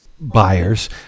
buyers